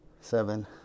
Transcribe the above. seven